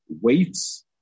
weights